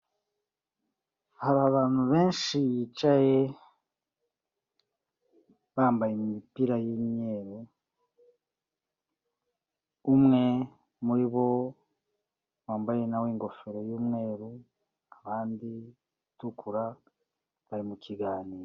Hari abantu benshi bicaye bambaye imipira y'imweru, umwe muri bo wambaye nawe ingofero y'umweru abandi itukura bari mu kiganiro.